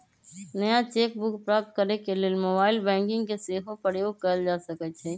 नया cheque book प्राप्त करेके लेल मोबाइल बैंकिंग के सेहो प्रयोग कएल जा सकइ छइ